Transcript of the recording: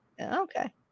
okay